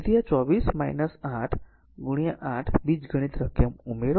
તેથી જો આ 24 8 8 બીજગણિત રકમ ઉમેરો